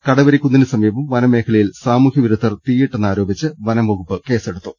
കടവരിക്കുന്നിനു സമീപം വനമേഖലയിൽ സാമൂഹ്യവിരുദ്ധർ തീയിട്ടെന്നാരോപിച്ച് വനംവകുപ്പ് കേസെടുത്തു